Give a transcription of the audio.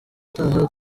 utaha